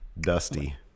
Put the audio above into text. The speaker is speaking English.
Dusty